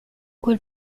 quel